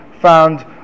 found